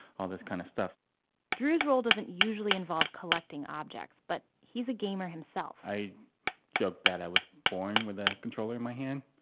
all this kind of stuff drew's role doesn't usually involve collecting objects. but, he's a gamer himself i joke that i was born with a controller in my hand